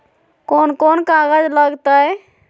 कौन कौन कागज लग तय?